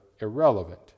irrelevant